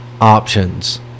options